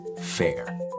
FAIR